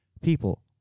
people